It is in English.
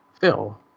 Phil